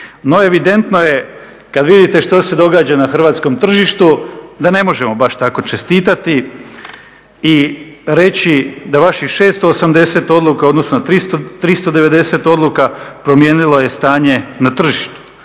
no evidentno je kad vidite što se događa na hrvatskom tržištu da ne možemo baš tako čestitati i reći da vaših 680 odluka, odnosno 390 odluka promijenilo je stanje na tržištu.